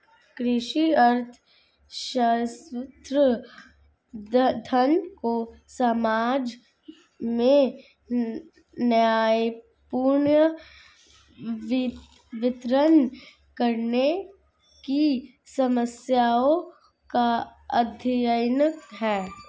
कृषि अर्थशास्त्र, धन को समाज में न्यायपूर्ण वितरण करने की समस्याओं का अध्ययन है